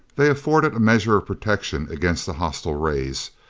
they afforded a measure of protection against the hostile rays,